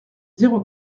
zéro